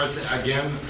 again